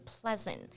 pleasant